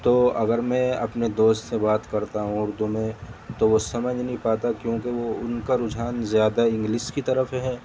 تو اگر میں اپنے دوست سے بات کرتا ہوں اردو میں تو وہ سمجھ نہیں پاتا کیونکہ وہ ان کا رجحان زیادہ انگلس کی طرف ہے